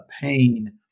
pain